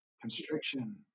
constriction